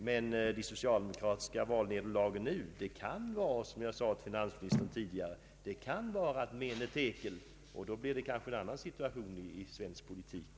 Men det socialdemokratiska valnederlaget nu kan vara, som jag sade tidigare, ett mene tekel, och då blir det kanske en annan situation i svensk politik.